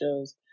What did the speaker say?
shows